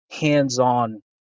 hands-on